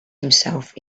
himself